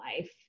life